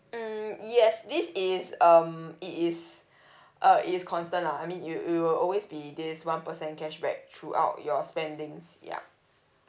mm yes this is um it is uh it is constant lah I mean it it will always be this one percent cashback throughout your spendings ya